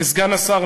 כסגן השר,